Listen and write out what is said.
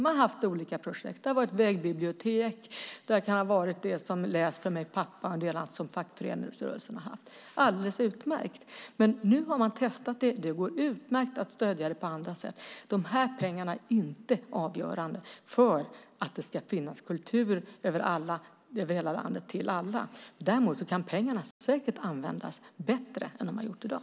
Man har haft olika projekt; det har varit vägbibliotek och fackföreningsrörelsens projekt Läs för mig, pappa! Det är alldeles utmärkt. Nu har man testat detta, och det går utmärkt att stödja det på andra sätt. Dessa pengar är inte avgörande för att det ska finnas kultur till alla över hela landet. Däremot kan pengarna säkert användas bättre än i dag.